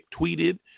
tweeted